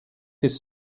his